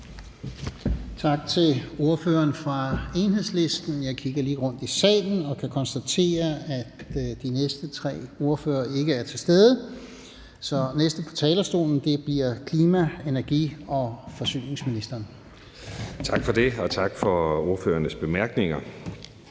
Tak til ordføreren fra Enhedslisten. Jeg kigger lige rundt i salen og kan konstatere, at de næste tre ordførere ikke er til stede, så den næste på talerstolen bliver klima-, energi- og forsyningsministeren. Kl. 10:20 Klima-, energi- og forsyningsministeren